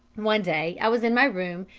one day i was in my room,